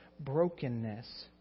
brokenness